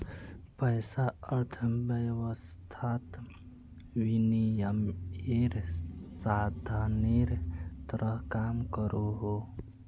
पैसा अर्थवैवस्थात विनिमयेर साधानेर तरह काम करोहो